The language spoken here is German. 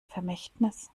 vermächtnis